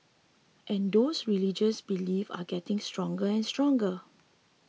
and those religious beliefs are getting stronger and stronger